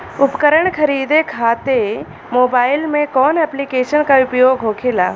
उपकरण खरीदे खाते मोबाइल में कौन ऐप्लिकेशन का उपयोग होखेला?